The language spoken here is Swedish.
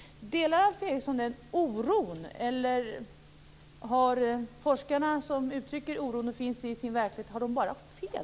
Delar Alf Eriksson den oron, eller har de forskare som uttrycker denna oro bara fel?